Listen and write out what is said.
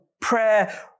Prayer